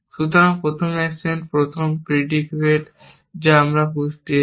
সুতরাং প্রথম অ্যাকশন প্রথম প্রেডিকেট যা আমরা পুসড দিয়েছি